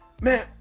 man